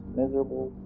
miserable